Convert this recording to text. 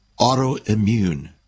autoimmune